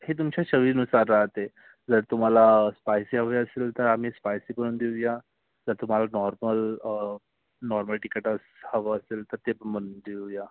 हे तुमच्या चवीनुसार राहते जर तुम्हाला स्पायसी हवे असेल तर आम्ही स्पायसी करून देऊया जर तुम्हाला नॉर्मल नॉर्मल तिखट ह हवं असेल तर ते पण बनवून देऊया